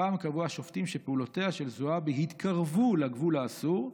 הפעם קבעו השופטים שפעולותיה של זועבי התקרבו לגבול האסור,